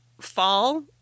fall